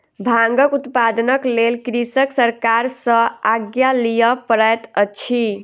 भांगक उत्पादनक लेल कृषक सरकार सॅ आज्ञा लिअ पड़ैत अछि